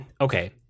okay